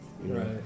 Right